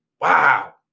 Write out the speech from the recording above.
Wow